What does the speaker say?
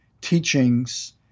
teachings